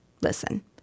listen